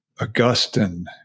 Augustine